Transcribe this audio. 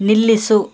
ನಿಲ್ಲಿಸು